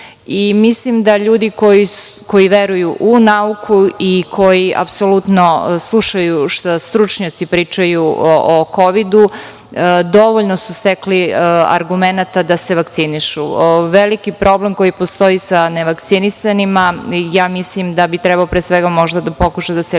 mislim da ljudi koji veruju u nauku i koji apsolutno slušaju šta stručnjaci pričaju o Kovidu dovoljno su stekli argumenata da se vakcinišu. Veliki problem koji postoji sa nevakcinisanima ja mislim da bi trebalo pre svega možda da pokuša da se reši